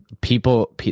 People